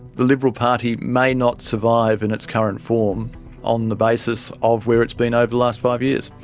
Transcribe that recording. the liberal party may not survive in its current form on the basis of where it's been over the last five years.